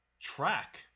track